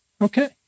Okay